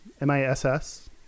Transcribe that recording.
M-I-S-S